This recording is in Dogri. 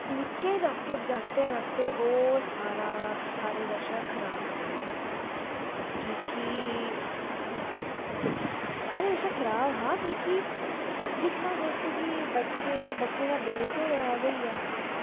ते निक्के बच्चें आस्तै ओह् सारा खराब फेज हा कि के सारें कशा खराब हा की के दिक्खी लैओ तुस कि बच्चें दा बेस गै खराब होइया